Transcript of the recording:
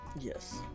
Yes